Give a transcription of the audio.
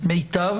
מיטב